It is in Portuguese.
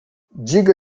diga